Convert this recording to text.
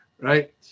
right